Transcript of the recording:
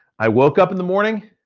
i woke up in the morning,